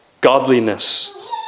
godliness